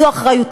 משמעותית